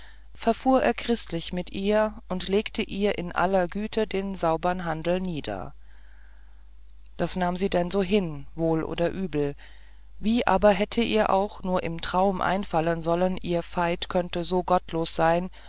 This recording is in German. verfuhr er christlich mit ihr und legte ihr in aller güte den saubern handel nieder das nahm sie denn so hin wohl oder übel wie aber hätte ihr auch nur im traum einfallen sollen ihr veit könnte so gottlos sein